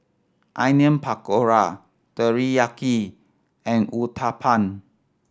Onion Pakora Teriyaki and Uthapam